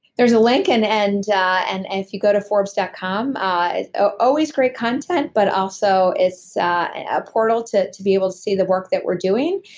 there's a link and and and if you go to forbes dot com, ah ah always great content but also it's a portal to to be able to see the work that we're doing.